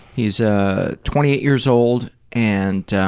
he's ah twenty eight years old, and